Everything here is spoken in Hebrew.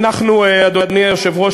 אדוני היושב-ראש,